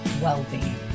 Wellbeing